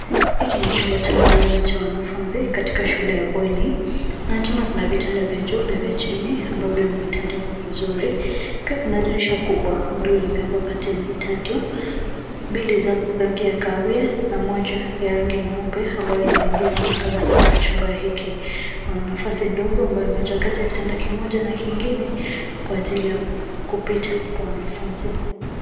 Hiki ni chumba cha malazi cha wanafunzi katika shule ya bweni. Na tunaona kuna vitanda vya juu na vya chini, ambavyo vimetandikwa vizuri. Pia kuna dirisha kubwa ambalo limewekwa kateni tatu, mbili za rangi ya kahawia na moja ya rangi nyeupe ambayo , inaingiza mwangaza katika chumba hiki. Kuna nafasi ndogo ambayo imewachwa kati ya kitanda kimoja na kingine kwa ajili ya kupita kwa wanafunzi.